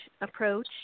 approach